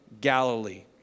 Galilee